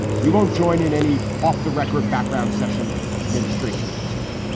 we won't join in any off the record background sessions with administration officials.